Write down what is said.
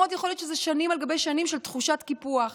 מאוד יכול להיות שזה שנים על גבי שנים של תחושת קיפוח